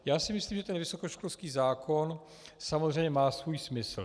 Já si myslím, že ten vysokoškolský zákon samozřejmě má svůj smysl.